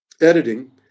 editing